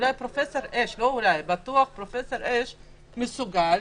אולי פרופ' אש מסוגל,